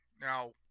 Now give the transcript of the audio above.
now